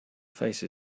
face